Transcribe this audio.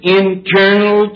internal